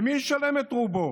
מי ישלם את הרוב?